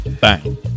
bang